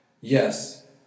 yes